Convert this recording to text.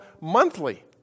monthly